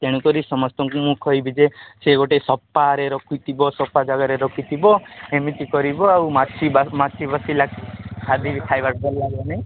ତେଣୁକରି ସମସ୍ତଙ୍କୁ ମୁଁ କହିବି ଯେ ସେ ଗୋଟେ ସଫାରେ ରଖିଥିବ ସଫା ଜାଗାରେ ରଖିଥିବ ଏମିତି କରିବ ଆଉ ମାଟି ବା ବାଟି ଲାଗ ଖାଲି ଖାଇବାରେ ତ ଲାଗିବ ନାହିଁ